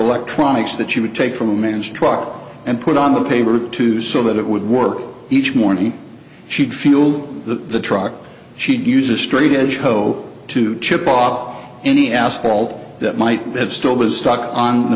electronics that she would take from a man's truck and put on the paper too so that it would work each morning she'd feel the truck she'd use a straight edge hoe to chip off any asphalt that might have still been stuck on the